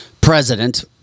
president